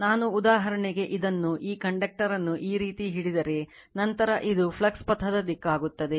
ನಾನು ಉದಾಹರಣೆಗೆ ಇದನ್ನು ಈ ಕಂಡಕ್ಟರ್ ಅನ್ನುಈ ರೀತಿ ಹಿಡಿದರೆ ನಂತರ ಇದು ಫ್ಲಕ್ಸ್ ಪಥದ ದಿಕ್ಕಾಗುತ್ತದೆ